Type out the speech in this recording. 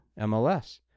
MLS